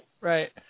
Right